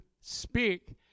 speak